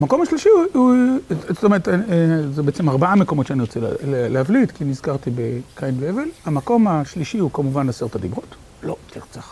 המקום השלישי הוא, זאת אומרת, זה בעצם ארבעה מקומות שאני רוצה להבליט כי נזכרתי בקין והבל. המקום השלישי הוא כמובן עשרת הדברות. לא תרצח.